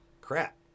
Crap